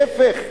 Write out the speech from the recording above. להיפך,